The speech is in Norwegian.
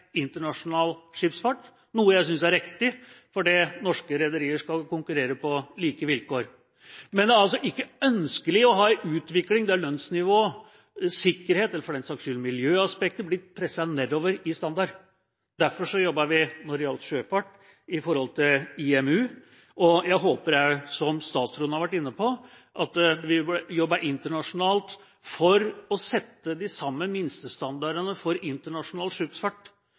internasjonal skipsfart, noe jeg synes er riktig, fordi norske rederier skal konkurrere på like vilkår. Men det er altså ikke ønskelig å ha en utvikling der lønnsnivå, sikkerhet eller for den saks skyld miljøaspektet blir presset nedover i standard. Derfor jobbet vi opp mot IMU når det gjaldt sjøfart. Jeg håper også, som statsråden har vært inne på, at vi vil jobbe internasjonalt for å sette de samme minstestandardene for internasjonal